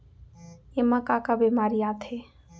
एमा का का बेमारी आथे?